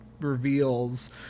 reveals